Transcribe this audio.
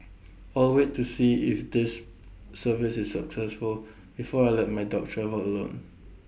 I'll wait to see if this service is successful before I let my dog travel alone